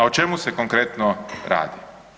A o čemu se konkretno radi?